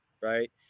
right